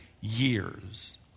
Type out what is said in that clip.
years